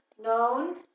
Known